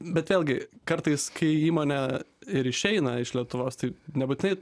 bet vėlgi kartais kai įmonė ir išeina iš lietuvos tai nebūtinai